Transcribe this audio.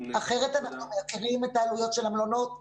אחרת אנחנו מייקרים את העלויות של המלונות בטירוף.